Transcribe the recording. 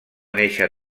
néixer